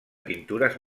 pintures